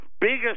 biggest